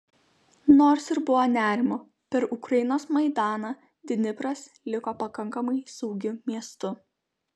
nors ir buvo nerimo per ukrainos maidaną dnipras liko pakankamai saugiu miestu